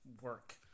work